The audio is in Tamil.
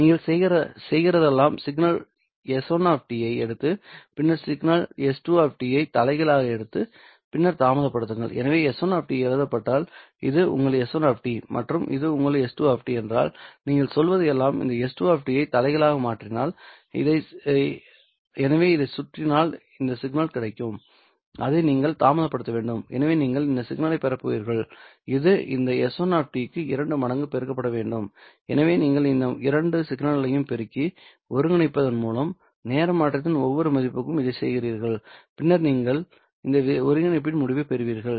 நீங்கள் செய்கிறதெல்லாம் சிக்னல் எஸ் 1 டி ஐ எடுத்து பின்னர் சிக்னல் எஸ் 2 டி ஐ தலைகீழாக எடுத்து பின்னர் தாமதப்படுத்துங்கள் எனவே s1 இது எழுதப்பட்டால் இது உங்கள் s1 மற்றும் இது உங்கள் s2 என்றால் நீங்கள் சொல்வது எல்லாம் இந்த s2 ஐ தலைகீழாக மாற்றினால் எனவே இதைச் சுற்றினால் இந்த சிக்னல் கிடைக்கும் அதை நீங்கள் தாமதப்படுத்த வேண்டும் எனவே நீங்கள் இந்த சிக்னலைப் பெறப் போகிறீர்கள் இது இந்த s1 க்கு இரண்டு மடங்கு பெருக்கப்பட வேண்டும் எனவே நீங்கள் இந்த இரண்டு சிக்னல்களையும் பெருக்கி ஒருங்கிணைப்பதன் மூலம் நேர மாற்றத்தின் ஒவ்வொரு மதிப்புக்கும் இதைச் செய்கிறீர்கள் பின்னர் நீங்கள் இந்த ஒருங்கிணைப்பின் முடிவைப் பெறுவீர்கள்